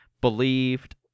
believed